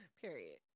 Period